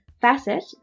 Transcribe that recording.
Facet